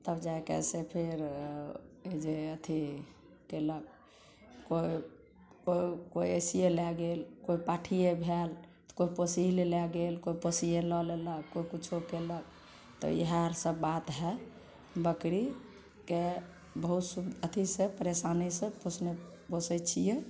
तब जाके से फेर जे अथी कयलक केओ केओ ऐसेहिए लै गेल केओ पाठिए भैल केओ पोसही लऽ लै गेल केओ पोसैए लऽ लेलक केओ किछु कयलक तऽ यहाँ आर सब बात हय बकरीके बहुत अथी से परेशानी से पोसलहुँ पोसैत छियै